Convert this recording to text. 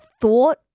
thought